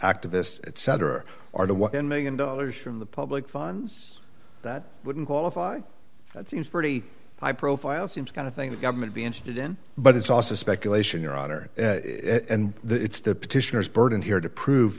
activists etc are the one million dollars from the public funds that wouldn't qualify that seems pretty high profile seems kind of thing the government be interested in but it's also speculation your honor and it's the petitioners burden here to prove